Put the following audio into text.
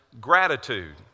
gratitude